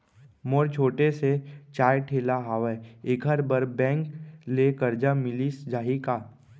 मोर छोटे से चाय ठेला हावे एखर बर बैंक ले करजा मिलिस जाही का?